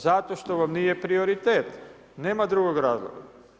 Zato što vam nije prioritet, nema drugog razloga.